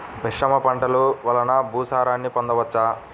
మిశ్రమ పంటలు వలన భూసారాన్ని పొందవచ్చా?